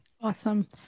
Awesome